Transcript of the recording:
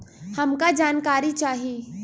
हमका जानकारी चाही?